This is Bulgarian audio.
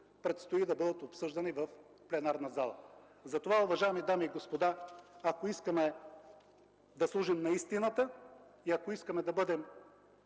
предстои да бъдат обсъждани в пленарната зала. Затова, уважаеми дами и господа, ако искаме да служим на истината и ако искаме да бъдем